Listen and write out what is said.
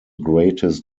greatest